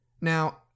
Now